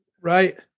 Right